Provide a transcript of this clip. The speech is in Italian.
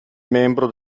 membro